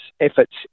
efforts